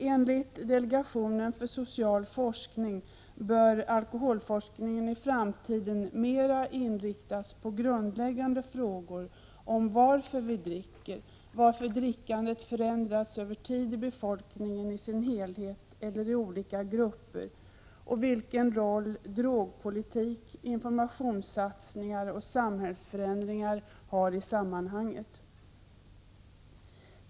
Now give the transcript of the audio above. Enligt delegationen för social forskning bör alkoholforskningen i framtiden mera inriktas på grundläggande frågor: varför vi dricker, varför drickandet förändras över tid i befolkningen i dess helhet eller i olika grupper och vilken roll drogpolitik, informationssatsningar och samhällsförändringar har i sammanhanget.